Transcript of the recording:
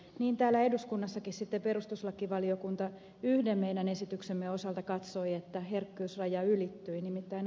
niin täällä eduskunnassakin sitten perustuslakivaliokunta yhden meidän esityksemme osalta katsoi että herkkyysraja ylittyi